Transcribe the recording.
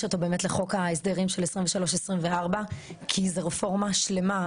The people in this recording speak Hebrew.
אותו באמת לחוק ההסדרים של 2023 2024 כי זה רפורמה שלמה.